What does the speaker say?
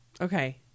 Okay